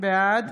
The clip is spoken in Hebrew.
בעד